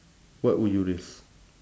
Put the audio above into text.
what would you risk